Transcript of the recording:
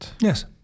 Yes